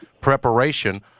Preparation